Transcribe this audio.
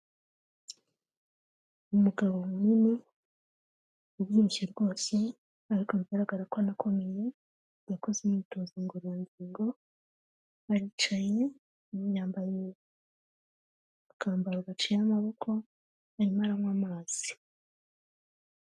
Umugabo munini ubyibushye rwose ariko bigaragara ko anakomeye yakoze imyitozo ngororangingo, aricaye yiyambariye akambaro gaciye amaboko arimo aranywa amazi.